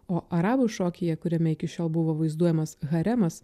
o arabų šokyje kuriame iki šiol buvo vaizduojamas haremas